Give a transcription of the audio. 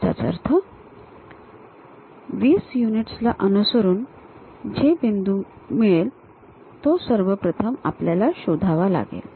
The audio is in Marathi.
याचाच अर्थ 20 युनिट्स ला अनुसरून जो बिंदू मिळेल तो सर्वप्रथम आपल्याला शोधावा लागेल